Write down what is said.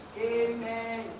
Amen